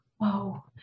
Wow